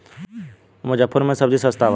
मुजफ्फरपुर में सबजी सस्ता बा